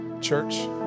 Church